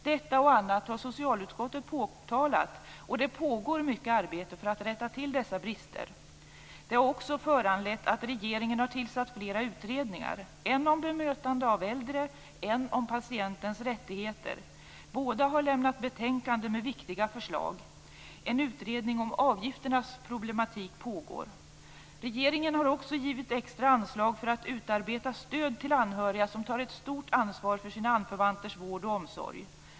Detta och annat har socialutskottet påtalat, och det pågår mycket arbete för att rätta till dessa brister. Det har också föranlett att regeringen har tillsatt flera utredningar, en om bemötande av äldre och en om patientens rättigheter. Båda har lämnat betänkanden med viktiga förslag. En utredning om avgifternas problematik pågår. Regeringen har också givit extra anslag för att utarbeta stöd till anhöriga som tar ett stort ansvar för sina anförvanters vård och omsorg.